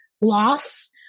loss